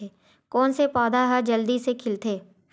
कोन से पौधा ह जल्दी से खिलथे?